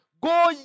Go